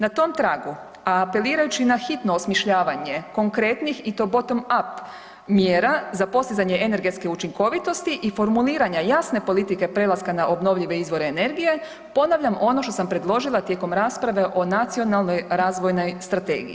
Na tom tragu, a apelirajući na hitno osmišljavanje konkretnih i to botom up mjera za postizanje energetske učinkovitosti i formuliranja jasne politike prelaska na obnovljive izvore energije, ponavljam ono što sam predložila tijekom rasprave o Nacionalnoj razvojnoj strategiji.